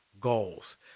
goals